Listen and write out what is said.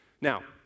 Now